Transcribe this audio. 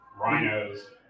rhinos